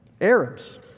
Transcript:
arabs